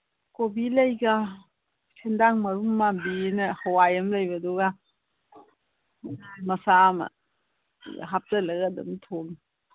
ꯀꯣꯕꯤ ꯂꯩꯒ ꯁꯦꯟꯗꯥꯡ ꯃꯔꯨꯝ ꯃꯥꯟꯕꯤꯅ ꯍꯋꯥꯏ ꯑꯃ ꯂꯩꯕꯗꯨꯒ ꯃꯆꯥ ꯑꯃ ꯍꯥꯞꯆꯤꯜꯂꯒ ꯑꯗꯨꯝ ꯊꯣꯡꯉꯤ